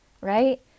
right